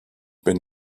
been